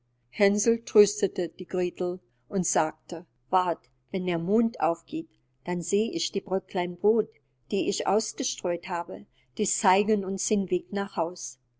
hänsel tröstete die gretel und sagte wart wenn der mond aufgeht dann seh ich die bröcklein brod die ich ausgestreut habe die zeigen uns den weg nach haus